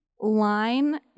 line